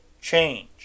change